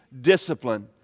discipline